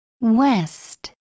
west